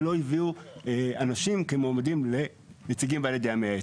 ולא הביאו אנשים כמועמדים לנציגים בעלי דעה מייעצת.